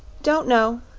don't know.